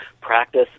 practice